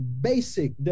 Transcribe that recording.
basic